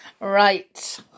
right